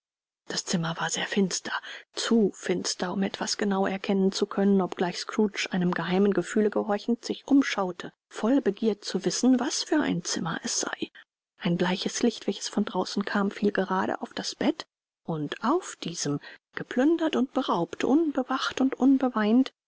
das zimmer war sehr finster zu finster um etwas genau erkennen zu können obgleich scrooge einem geheimen gefühle gehorchend sich umschaute voll begier zu wissen was für ein zimmer es sei ein bleiches licht welches von draußen kam fiel gerade auf das bett und auf diesem geplündert und beraubt unbewacht und unbeweint